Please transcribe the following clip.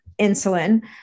insulin